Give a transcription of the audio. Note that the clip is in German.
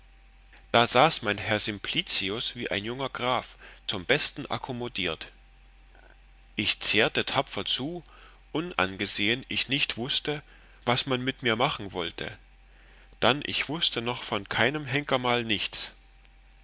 da saß mein herr simplicius wie ein junger graf zum besten akkommodiert ich zehrte tapfer zu unangesehen ich nicht wußte was man mit mir machen wollte dann ich wußte noch von keinem henkermahl nichts